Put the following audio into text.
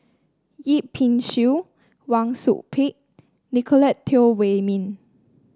Yip Pin Xiu Wang Sui Pick Nicolette Teo Wei Min